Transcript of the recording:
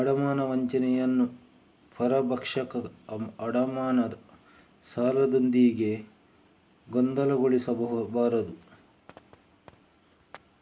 ಅಡಮಾನ ವಂಚನೆಯನ್ನು ಪರಭಕ್ಷಕ ಅಡಮಾನ ಸಾಲದೊಂದಿಗೆ ಗೊಂದಲಗೊಳಿಸಬಾರದು